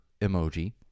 emoji